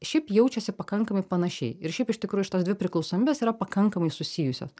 šiaip jaučiasi pakankamai panašiai ir šiaip iš tikrųj šitos dvi priklausomybės yra pakankamai susijusios